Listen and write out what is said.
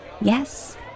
Yes